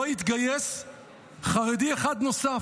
לא התגייס חרדי אחד נוסף.